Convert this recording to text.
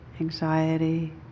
anxiety